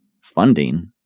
funding